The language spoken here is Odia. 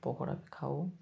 ପକୋଡ଼ା ଖାଉ